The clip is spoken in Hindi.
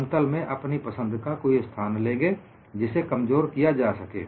समतल में अपनी पसंद का कोई स्थान लेंगे जिसे कमजोर किया जा सके